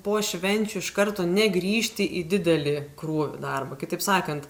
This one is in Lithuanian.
po švenčių iš karto negrįžti į didelį krūvį darbo kitaip sakant